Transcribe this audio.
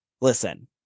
listen